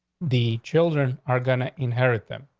the children are gonna inherit them.